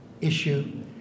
issue